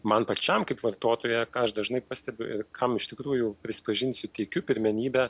man pačiam kaip vartotojui ką aš dažnai pastebiu ir kam iš tikrųjų prisipažinsiu teikiu pirmenybę